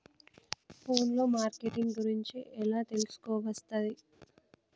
Phone లో marketing గురించి ఎలా తెలుసుకోవస్తది?